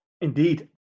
Indeed